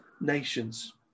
nations